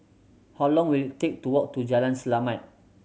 how long will it take to walk to Jalan Selamat